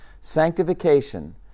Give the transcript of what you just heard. Sanctification